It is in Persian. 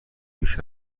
بیش